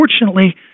unfortunately